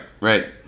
right